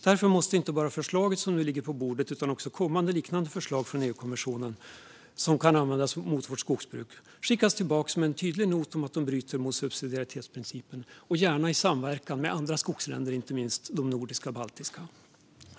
Därför måste inte bara förslaget som nu ligger på bordet utan också kommande liknande förslag från EU-kommissionen som kan användas mot vårt skogsbruk skickas tillbaka med en tydlig not om att de bryter mot subsidiaritetsprincipen - gärna i samverkan med andra skogsländer, inte minst de nordiska och baltiska.